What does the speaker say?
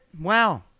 Wow